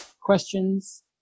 questions